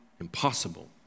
impossible